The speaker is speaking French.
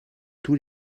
tous